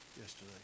yesterday